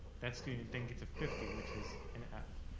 that student then gets a fifty, which is an f.